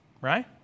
right